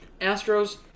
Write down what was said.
Astros